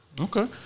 okay